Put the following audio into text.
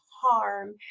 harm